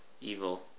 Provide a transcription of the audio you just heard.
evil